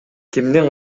кимдин